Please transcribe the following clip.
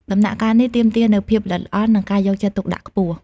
ដំណាក់កាលនេះទាមទារនូវភាពល្អិតល្អន់ និងការយកចិត្តទុកដាក់ខ្ពស់។